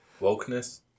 Wokeness